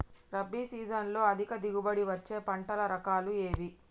రబీ సీజన్లో అధిక దిగుబడి వచ్చే పంటల రకాలు ఏవి?